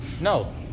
No